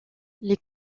les